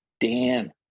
Dan